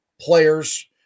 players